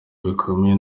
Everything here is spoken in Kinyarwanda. bikomeye